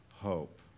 hope